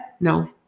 No